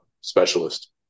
Specialist